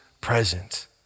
present